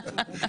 אוקיי.